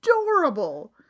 adorable